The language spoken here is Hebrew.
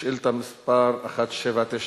שאילתא מס' 1799,